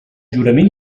jurament